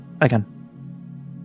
again